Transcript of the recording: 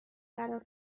قرار